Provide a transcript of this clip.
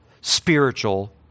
spiritual